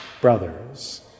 brothers